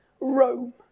Rome